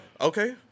Okay